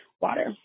water